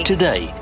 Today